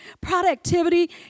Productivity